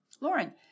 Lauren